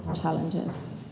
challenges